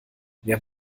wer